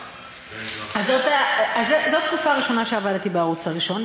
אז זאת תקופה ראשונה שעבדתי בערוץ הראשון.